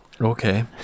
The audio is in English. Okay